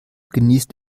genießt